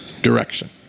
direction